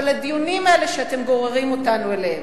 אבל הדיונים האלה שאתם גוררים אותנו אליהם,